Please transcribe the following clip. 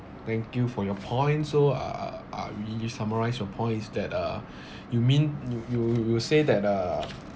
thank you for your point so uh uh I re-summarise your points that uh you mean you you you you say that uh